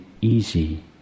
easy